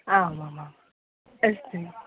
आम् आम् आम् अस्तु